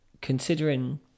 considering